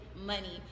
money